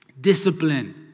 discipline